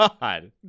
God